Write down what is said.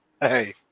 Hey